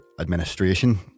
administration